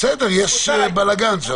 בסדר, יש שם קצת בלגאן.